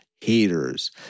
haters